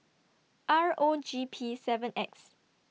R O G P seven X